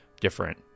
different